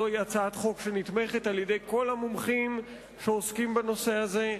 זו הצעת חוק שנתמכת על-ידי כל המומחים שעוסקים בנושא הזה.